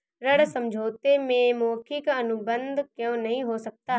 ऋण समझौते में मौखिक अनुबंध क्यों नहीं हो सकता?